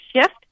shift